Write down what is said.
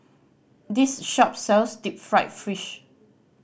this shop sells deep fried fish